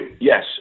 yes